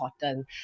important